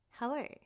Hello